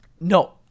No